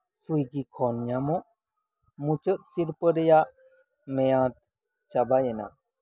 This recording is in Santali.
ᱥᱩᱭᱠᱤ ᱠᱷᱚᱱ ᱧᱟᱢᱚᱜ ᱢᱩᱪᱟᱹᱫ ᱥᱤᱨᱯᱟᱹ ᱨᱮᱭᱟᱜ ᱢᱮᱭᱟᱫ ᱪᱟᱵᱟᱭᱮᱱᱟ